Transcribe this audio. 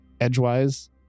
edgewise